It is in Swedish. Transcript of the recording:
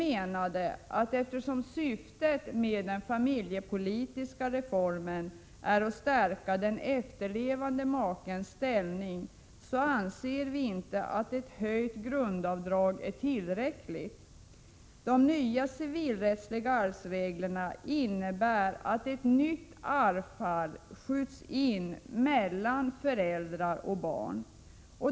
Eftersom syftet med den familjepolitiska reformen är att stärka den efterlevande makens ställning, anser vi inte att ett höjt grundavdrag är tillräckligt. De nya civilrättsliga arvsreglerna innebär att ett nytt arvfall skjuts in mellan föräldrar och barn.